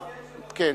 אדוני היושב-ראש, כן.